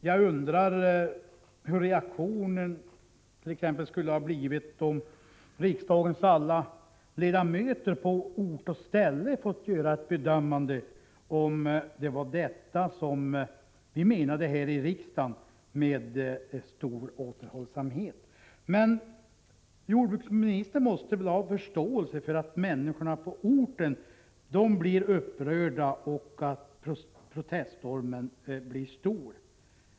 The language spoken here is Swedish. Jag undrar hur reaktionen skulle ha blivit, om riksdagens alla ledamöter på ort och ställe fått bedöma om det var detta som vi menade här i riksdagen med ”stor återhållsamhet”. Jordbruksministern måste väl ha förståelse för att människorna på orten blir upprörda och att proteststormen blir stark.